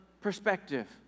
perspective